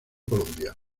colombia